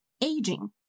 aging